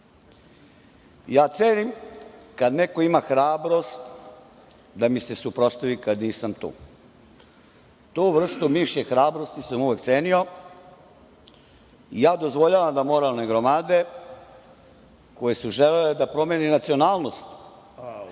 godine. Cenim kada neko ima hrabrost da mi se suprotstavi kada nisam tu. Tu vrstu mišije hrabrosti sam uvek cenio i ja dozvoljavam da moralne gromade koje su želele da promene nacionalnost